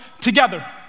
together